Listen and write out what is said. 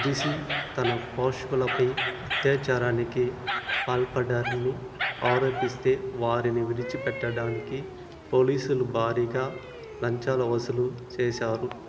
దుదుషి తన పోషకులపై అత్యాచారానికి పాల్పడ్డారని ఆరోపిస్తే వారిని విడిచి పెట్టడానికి పోలీసులు భారీగా లంచాలు వసూలు చేసారు